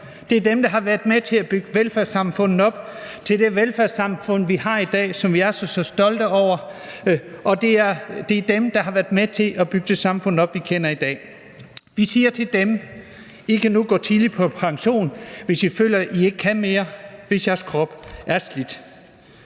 job, dem, der har været med til at bygge velfærdssamfundet op til det velfærdssamfund, vi har i dag, som vi er så stolte over, dem, der har været med til at bygge det samfund op, vi kender i dag: I kan nu gå tidligt på pension, hvis I føler, I ikke kan mere, hvis jeres krop er slidt.